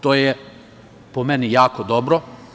To je, po meni, jako dobro.